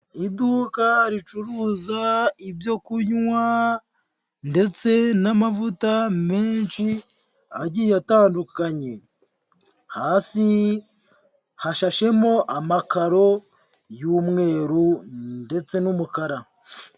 Iduka ricuruza ibyo kunywa ndetse n'amavuta menshi agiye atandukanye, hasi hashashemo amakaro y'umweru ndetse n'umukara.